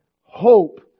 Hope